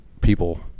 people